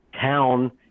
town